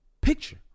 picture